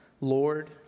Lord